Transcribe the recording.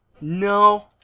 No